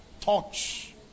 Touch